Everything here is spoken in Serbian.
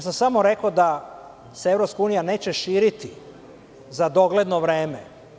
Samo sam rekao da se EU neće širiti za dogledno vreme.